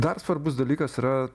dar svarbus dalykas yra